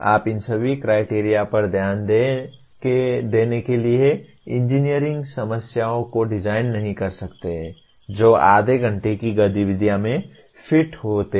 आप इन सभी क्राइटेरिया पर ध्यान देने के लिए इंजीनियरिंग समस्याओं को डिज़ाइन नहीं कर सकते हैं जो आधे घंटे की गतिविधि में फिट होते हैं